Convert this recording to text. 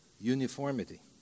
uniformity